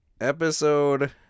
Episode